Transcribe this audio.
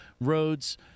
roads